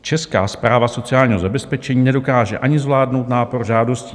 Česká správa sociálního zabezpečení nedokáže ani zvládnout nápor žádostí.